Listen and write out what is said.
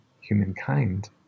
humankind